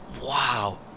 Wow